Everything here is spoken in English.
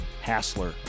Hassler